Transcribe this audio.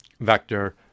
vector